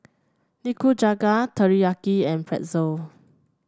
Nikujaga Teriyaki and Pretzel